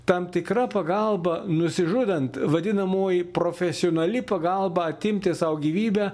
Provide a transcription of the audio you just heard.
tam tikra pagalba nusižudant vadinamoji profesionali pagalba atimti sau gyvybę